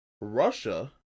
Russia